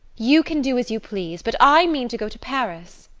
you can do as you please but i mean to go to paris.